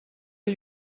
are